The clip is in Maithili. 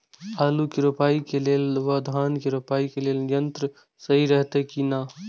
आलु के रोपाई के लेल व धान के रोपाई के लेल यन्त्र सहि रहैत कि ना?